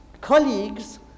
colleagues